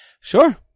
Sure